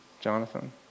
Jonathan